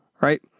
right